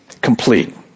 complete